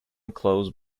closed